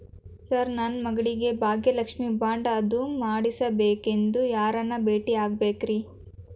Sir ನನ್ನ ಮಗಳಿಗೆ Bhagyalakshmi bond ಅದು ಮಾಡಿಸಬೇಕೆಂದು ಯಾರನ್ನ ಭೇಟಿಯಾಗಬೇಕ್ರಿ?